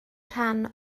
rhan